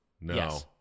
No